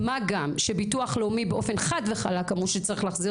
מה גם שביטוח לאומי באופן חד וחלק אמרו שצריך להחזיר